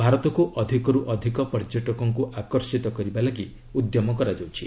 ଭାରତକୁ ଅଧିକରୁ ଅଧିକ ପର୍ଯ୍ୟଟକଙ୍କୁ ଆକର୍ଷିତ କରିବାପାଇଁ ଉଦ୍ୟମ କରାଯାଉଛି